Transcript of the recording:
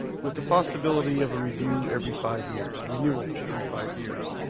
with the possibility of a review every five years a renewal every five years.